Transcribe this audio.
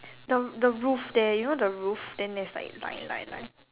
the the roof there you know the roof then there's like line line line